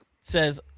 Says